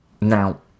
Now